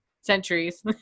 centuries